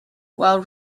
while